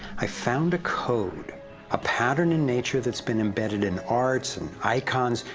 i found a code a pattern in nature that's been embedded in arts and icons,